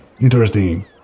interesting